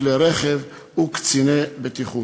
כלי רכב וקציני בטיחות,